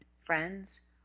friends